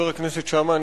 חבר הכנסת שאמה,